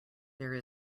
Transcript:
there